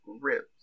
ribs